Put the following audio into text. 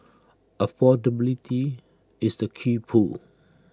affordability is the key pull